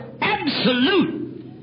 absolute